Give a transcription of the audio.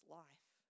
life